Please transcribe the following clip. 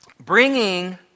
bringing